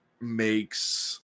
makes